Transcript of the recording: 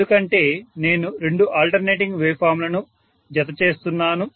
ఎందుకంటే నేను రెండు ఆల్టర్నేటింగ్ వేవ్ ఫామ్ లను జతచేస్తున్నాను